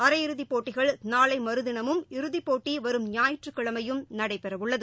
அரையிறுதிப்போட்டிகள் நாளைமறுதினமும் இறுதிப்போட்டிவரும் ஞாயிற்றுக்கிழமையும் நடைபெறவுள்ளது